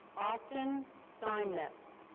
austin steinmetz.